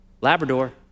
Labrador